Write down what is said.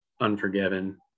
Unforgiven